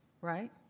right